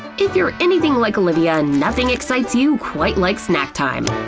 if you're anything like olivia, and nothing excites you quite like snack time.